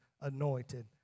anointed